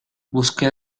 busqué